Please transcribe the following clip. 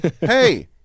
Hey